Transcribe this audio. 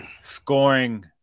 scoring